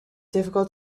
difficult